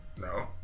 No